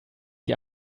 die